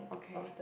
okay